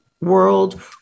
world